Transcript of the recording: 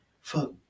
Fuck